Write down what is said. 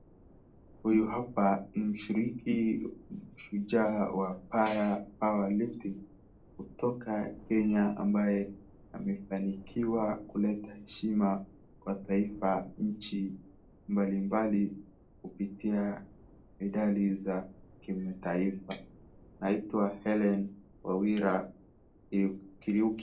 Huyu hapa ni mshiriki shujaa wa para power lifting kutoka kenya ambaye amefanikiwa kuleta heshima kwa taifa nchi mbalimbali kupitia medali za kimataifa. Anaitwa Hellen Wawira Kiriuki.